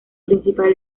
principal